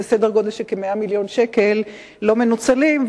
זה כ-100 מיליון שקל שלא מנוצלים.